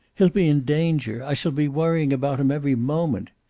he'll be in danger. i shall be worrying about him every moment.